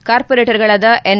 ಕಾರ್ಹೋರೇಟರ್ಗಳಾದ N